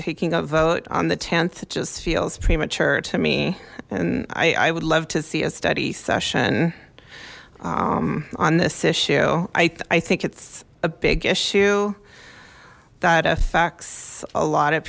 taking a vote on the th it just feels premature to me and i i would love to see a study session on this issue i think it's a big issue that affects a lot of